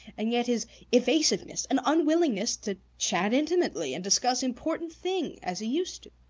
and yet his evasiveness and unwillingness to chat intimately and discuss important things as he used to.